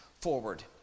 forward